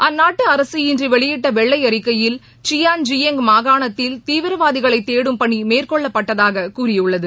அந்நாட்டு அரசு இன்று வெளியிட்ட வெள்ளை அறிக்கையில் சியான் ஜீபெங் மாகாணத்தில் தீவிரவாதிகளை தேடும் பணி மேற்கொள்ளப்பட்டதாக கூறியுள்ளது